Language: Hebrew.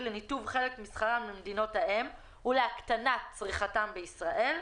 לניתוב חלק משכרם למדינות האם ולהקטנת צריכתם בישראל.